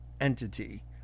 entity